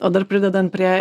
o dar pridedant prie